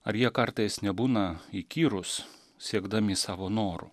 ar jie kartais nebūna įkyrus siekdami savo norų